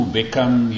become